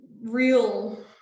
real